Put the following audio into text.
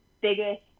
biggest